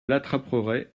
l’attraperai